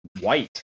white